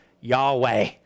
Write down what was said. Yahweh